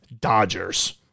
Dodgers